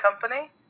company